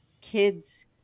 kids